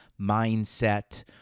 mindset